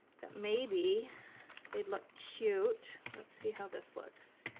that maybe they look cute. let's see how this looks.